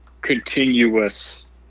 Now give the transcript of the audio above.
continuous